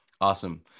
Awesome